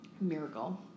Miracle